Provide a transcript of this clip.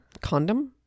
Condom